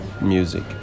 music